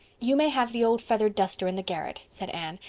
you may have the old feather duster in the garret, said anne,